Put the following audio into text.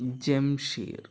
Jamsheer